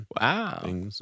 Wow